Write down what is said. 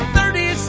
Thirty